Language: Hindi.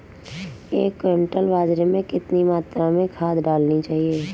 एक क्विंटल बाजरे में कितनी मात्रा में खाद डालनी चाहिए?